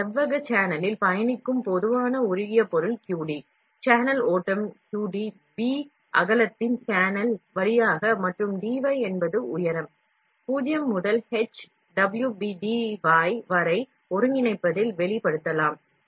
இந்த செவ்வக சேனலில் பயணிக்கும் உருகிய பொருளை பொதுமைப்படுத்துதல் சேனல் ஓட்டம் QD சேனல் அகலம் B மற்றும் dy என்பது உயரம் 0 முதல் H WB dy வரை ஒருங்கிணைப்பதில் வெளிப்படுத்தலாம்